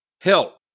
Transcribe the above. Help